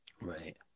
Right